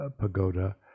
Pagoda